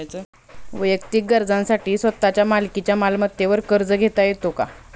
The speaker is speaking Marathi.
वैयक्तिक गरजांसाठी स्वतःच्या मालकीच्या मालमत्तेवर कर्ज घेता येतो का?